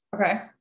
Okay